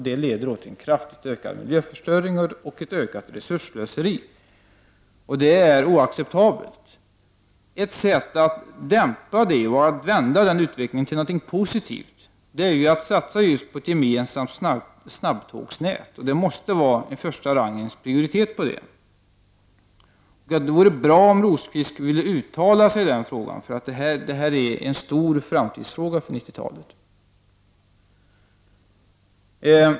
Det leder till en kraftigt ökad miljöförstöring och ett ökat resursslöseri. Det är oacceptabelt. Ett sätt att dämpa detta och vända utvecklingen till någonting positivt är att satsa på ett gemensamt snabbtågsnät. Det måste vara en första rangens prioritet på detta. Det vore bra om Birger Rosqvist ville uttala sig i denna fråga, för det är en stor framtidsfråga på 90-talet.